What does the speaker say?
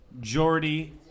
Jordy